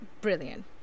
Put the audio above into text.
brilliant